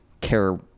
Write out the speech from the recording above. care